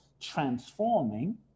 transforming